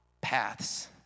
paths